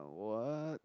what